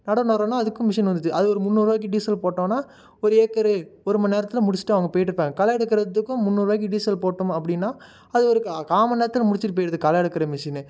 நடுவு நடுறோம்னா அதுக்கும் மிஷின் வருது அது ஒரு முன்னூறுபாய்க்கு டீசல் போட்டோம்னா ஒரு ஏக்கர் ஒருமணிநேரத்துல முடிச்சிட்டு அவங்க போயிட்டிருப்பாங்க களை எடுக்கிறத்துக்கும் முன்னூறுபாய்க்கு டீசல் போட்டோம் அப்படின்னா அது ஒரு காமணிநேரத்துல முடிச்சிட்டு போயிடுது களை எடுக்கிற மிஷின்